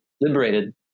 liberated